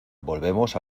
volveremos